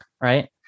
right